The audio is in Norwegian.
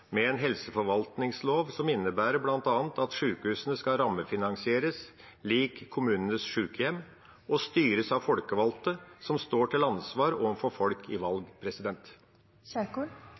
med en helseforvaltningslov som innebærer bl.a. at sjukehusene skal rammefinansieres lik kommunenes sjukehjem og styres av folkevalgte som står til ansvar overfor folk i valg?